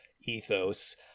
ethos